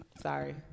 Sorry